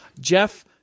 Jeff